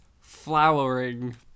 flowering